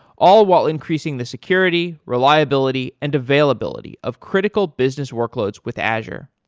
all while increasing the security, reliability and availability of critical business workloads with azure.